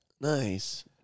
nice